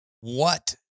what-